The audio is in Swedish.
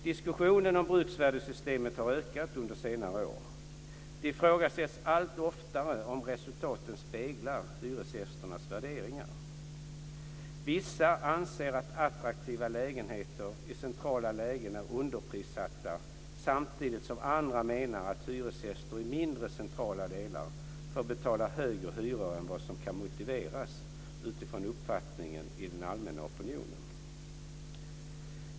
Diskussionen om bruksvärdessystemet har ökat under senare år. Det ifrågasätts allt oftare om resultaten speglar hyresgästernas värderingar. Vissa anser att attraktiva lägenheter i centrala lägen är underprissatta samtidigt som andra menar att hyresgäster i mindre centrala delar får betala högre hyror än vad som kan motiveras utifrån uppfattningar i den allmänna opinionen.